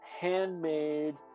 handmade